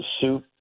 suit